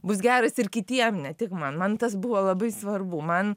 bus geras ir kitiem ne tik man man tas buvo labai svarbu man